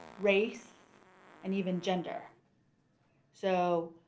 race and even gender so